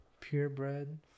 purebred